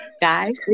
Guys